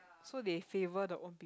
so they favour the own peop~